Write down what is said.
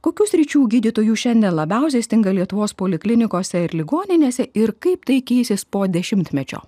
kokių sričių gydytojų šiandien labiausia stinga lietuvos poliklinikose ir ligoninėse ir kaip tai keisis po dešimtmečio